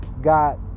got